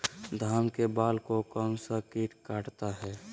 धान के बाल को कौन सा किट काटता है?